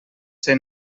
ser